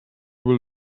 will